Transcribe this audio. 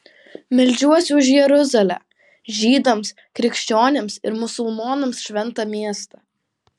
meldžiuosi už jeruzalę žydams krikščionims ir musulmonams šventą miestą